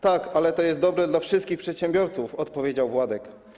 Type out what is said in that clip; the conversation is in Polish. Tak, ale to jest dobre dla wszystkich przedsiębiorców - odpowiedział Władek.